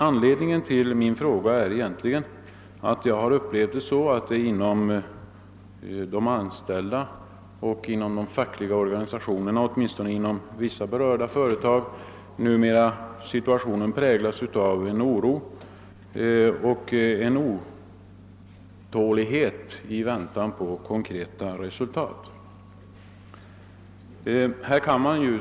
Anledningen till min fråga är egentligen att jag hos vissa berörda företag funnit att situationen i väntan på konkreta resultat präglas av en oro hos de anställda och hos de fackliga organisationerna.